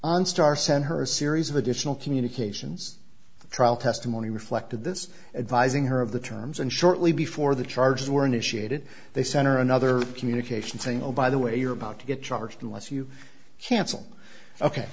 on star send her a series of additional communications trial testimony reflected this advising her of the terms and shortly before the charges were initiated they center another communication saying oh by the way you're about to get charged unless you cancel ok